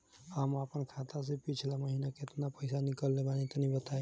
हम आपन खाता से पिछला महीना केतना पईसा निकलने बानि तनि बताईं?